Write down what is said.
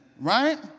Right